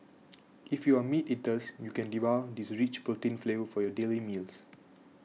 if you are meat eaters you can devour this rich protein flavor for your daily meals